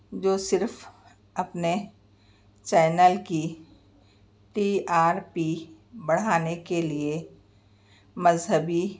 جو صرف اپنے چینل کی ٹی آر پی بڑھانے کے لئے مذہبی